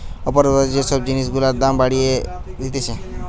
অপরাধ ভাবে যে সব জিনিস গুলার দাম বাড়িয়ে দিতেছে